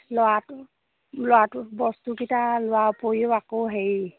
ল'ৰাটো ল'ৰাটো বস্তুকেইটা লোৱাৰ উপৰিও আকৌ হেৰি